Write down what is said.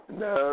no